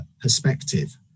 perspective